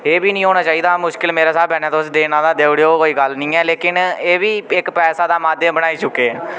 एह् बी नि होना चाहिदा मुश्किल मेरे स्हाबै कन्नै तुस देन आह्ला देई ओड़ेयो कोई गल्ल नि ऐ लेकिन एह् बी इक पैसा दा माध्यम बनाई चुके दे